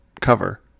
cover